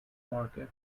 market